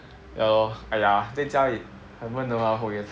ya lor !aiya! 在家里很闷的 lor